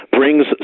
brings